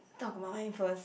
talk about mine first